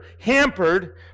hampered